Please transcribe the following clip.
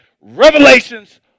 revelations